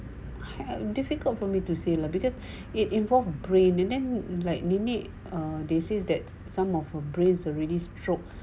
difficult for me to say lah because it involved brain and then like nenek they said that some of her brains already stroke